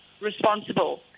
responsible